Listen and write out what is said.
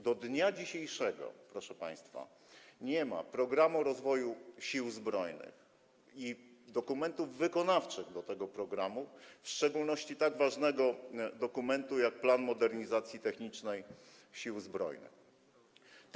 Do dnia dzisiejszego, proszę państwa, nie ma programu rozwoju Sił Zbrojnych i dokumentów wykonawczych do tego programu, a w szczególności tak ważnego dokumentu, jak plan modernizacji technicznej Sił Zbrojnych RP.